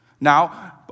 Now